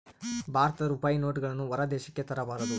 ಭಾರತದ ರೂಪಾಯಿ ನೋಟುಗಳನ್ನು ಹೊರ ದೇಶಕ್ಕೆ ತರಬಾರದು